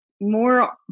more